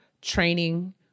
training